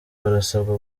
barasabwa